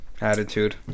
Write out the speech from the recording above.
attitude